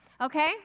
okay